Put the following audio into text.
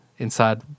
Inside